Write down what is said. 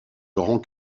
grand